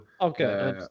okay